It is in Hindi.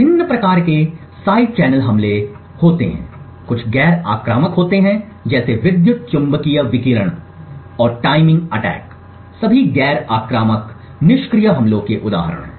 विभिन्न प्रकार के साइड चैनल हमले हैं कुछ गैर आक्रामक हैं जैसे विद्युत चुम्बकीय विकिरण और टाइमिंग अटैक सभी गैर आक्रामक निष्क्रिय हमलों के उदाहरण हैं